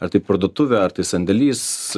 ar tai parduotuvė ar tai sandėlys